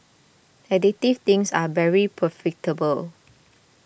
addictive things are very profitable